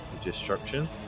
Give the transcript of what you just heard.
destruction